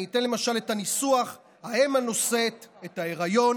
אני אתן למשל את הניסוח: האם הנושאת את ההיריון